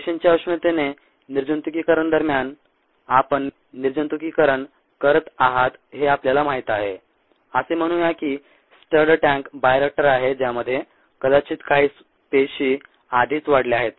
पेशींच्या उष्णतेने निर्जंतुकीकरणादरम्यान आपण निर्जंतुकीकरण करत आहात हे आपल्याला माहीत आहे असे म्हणूया की स्टर्ड टँक बायोरिएक्टर आहे ज्यामध्ये कदाचित काही पेशी आधीच वाढल्या आहेत